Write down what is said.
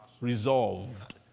resolved